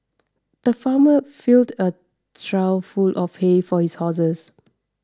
the farmer filled a trough full of hay for his horses